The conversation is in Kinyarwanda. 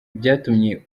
byatumye